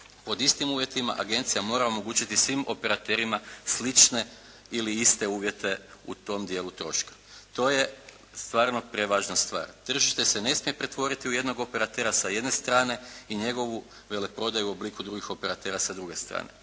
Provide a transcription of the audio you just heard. pod istim uvjetima agencija mora omogućiti svim operaterima slične ili iste uvjete u tom dijelu troška. To je stvarno prevažna stvar. Tržište se ne smije pretvoriti u jednog operatera sa jedne strane i njegovu veleprodaju u obliku drugih operatera sa druge strane.